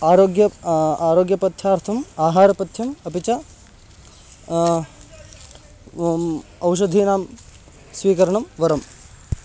आरोग्यम् आरोग्यपथ्यार्थम् आहारपथ्यम् अपि च औषधीनां स्वीकरणं वरम्